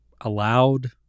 allowed